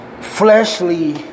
fleshly